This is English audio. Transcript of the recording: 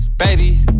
babies